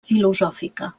filosòfica